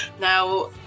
Now